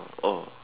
oh